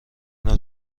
نوع